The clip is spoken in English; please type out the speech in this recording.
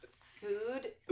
Food